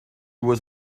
was